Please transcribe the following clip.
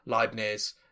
Leibniz